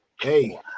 Hey